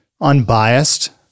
unbiased